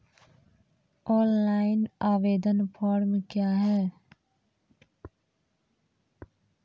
Online आवेदन form क्या हैं?